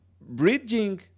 bridging